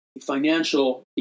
financial